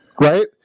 right